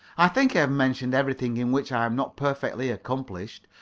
i think i have mentioned everything in which i am not perfectly accomplished.